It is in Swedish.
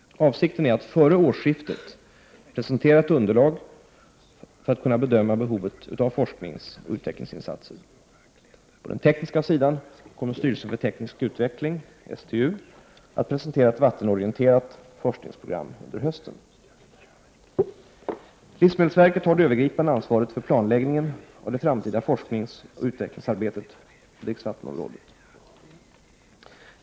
Avsikten är att före årsskiftet presentera ett underlag för att kunna bedöma behovet av forskningsoch utvecklingsinsater. På den tekniska sidan kommer styrelsen för teknisk utveckling, STU, att presentera ett vattenorienterat forskningsgprogram under hösten. Livsmedelsverket har det övergripande ansvaret för planläggningen av det framtida forskningsoch utvecklingsarbetet på dricksvattenområdet.